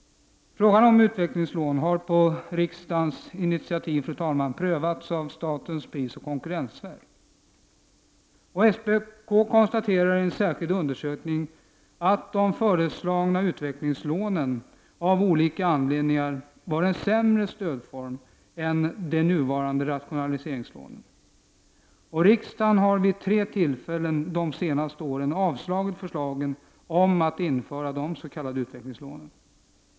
Frågan om utvecklingslån har, på riksdagens initiativ, prövats av statens prisoch konkurrensverk. SPK konstaterar i en särskild undersökning att de föreslagna utvecklingslånen av olika anledningar var en sämre stödform än de nuvarande rationaliseringslånen. Riksdagen har vid tre tillfällen de senaste åren avslagit förslag om att införa s.k. utvecklingslån.